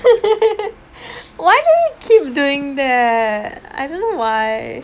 why do we keep doing that I don't know why